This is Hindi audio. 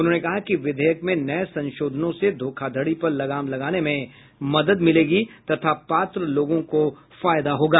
उन्होंने कहा कि विधेयक में नये संशोधनों से धोखाधड़ी पर लगाम लगाने में मदद मिलेगी तथा पात्र लोगों को फायदा होगा